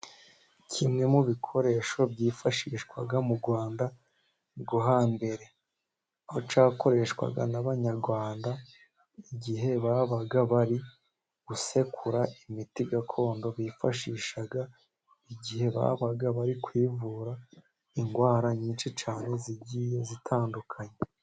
Kimwe mu bikoresho byifashishwa mu Rwanda rwo hambere, aho cyakoreshwaga n'abanyarwanda igihe babaga bari gusekura imiti gakondo, bifashishaga igihe babaga bari kwivura indwara nyinshi cyane zigiye zitandukanye.